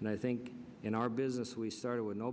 and i think in our business we started with no